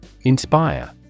Inspire